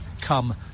come